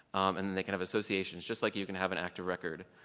and then they can have associations just like you can have an active record.